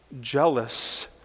jealous